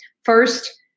First